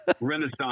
Renaissance